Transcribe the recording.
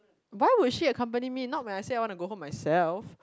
why would she accompany me not when I say I wanna go home myself